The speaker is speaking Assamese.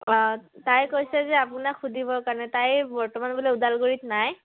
অঁ তাই কৈছে যে আপোনাক সুধিবৰ কাৰণে তাই বৰ্তমান বোলে ওদালগুৰিত নাই